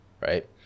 right